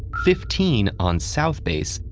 fifteen on south base,